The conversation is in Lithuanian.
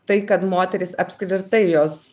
tai kad moterys apskritai jos